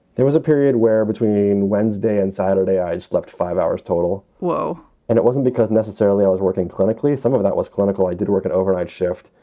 there was a period where between wednesday and saturday, i slept five hours total. and it wasn't because necessarily i was working clinically. some of that was clinical. i did work an overnight shift.